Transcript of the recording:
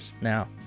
now